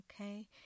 Okay